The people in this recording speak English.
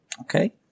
Okay